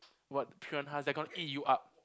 what piranhas they're gone eat you up